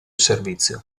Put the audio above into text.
servizio